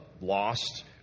lost